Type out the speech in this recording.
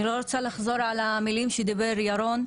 אני לא רוצה לחזור על המילים שדיבר ירון.